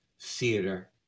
theater